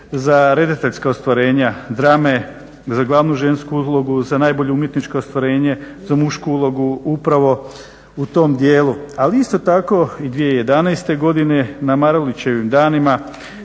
redateljska ostvarenja, drame, za glavnu žensku ulogu, za najbolje umjetničko ostvarenje, za mušku ulogu upravo u tom djelu, ali isto tako i 2011.godine na Marulićevim danima